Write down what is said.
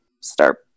start